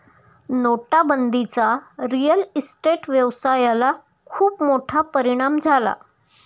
नोटाबंदीचा real estate व्यवसायाला खूप मोठा परिणाम झाला